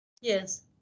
Yes